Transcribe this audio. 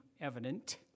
evident